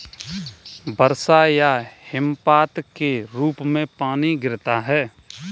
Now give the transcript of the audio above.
वर्षा या हिमपात के रूप में पानी गिरता है